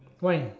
why